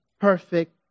perfect